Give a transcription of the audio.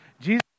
Jesus